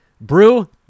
brew